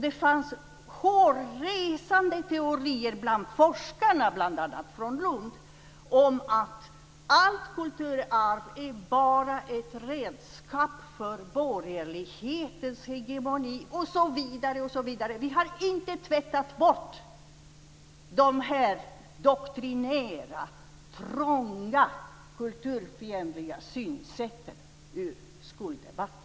Det fanns hårresande teorier bl.a. bland forskare från Lund om att allt kulturarv bara var ett redskap för borgerlighetens hegemoni, osv., osv. Vi har inte tvättat bort de här doktrinära, trånga, kulturfientliga synsätten ur skoldebatten.